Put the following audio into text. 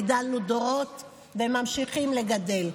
גידלנו דורות וממשיכים לגדל.